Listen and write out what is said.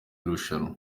irushanwa